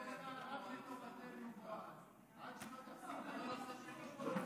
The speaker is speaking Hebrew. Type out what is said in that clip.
עד שלא תפסיקו עם,